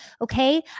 okay